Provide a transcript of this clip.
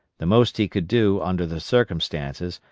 the most he could do, under the circumstances,